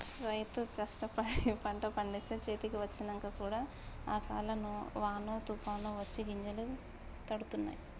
రైతు కష్టపడి పంట పండిస్తే చేతికి వచ్చినంక కూడా అకాల వానో తుఫానొ వచ్చి గింజలు తడుస్తాయ్